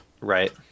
Right